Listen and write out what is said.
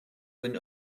win